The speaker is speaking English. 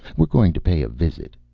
we're going to pay a visit,